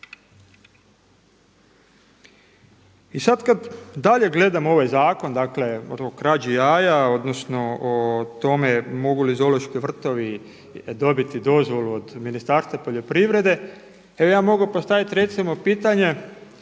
I sada kada dalje gledam ovaj zakon o krađi jaja odnosno o tome mogu li zoološki vrtovi dobiti dozvolu od Ministarstva poljoprivrede, evo ja mogu recimo postaviti pitanje,